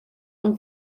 ond